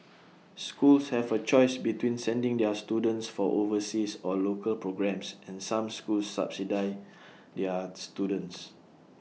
schools have A choice between sending their students for overseas or local programmes and some schools subsidise their students